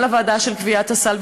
גם לוועדה של קביעת הסל,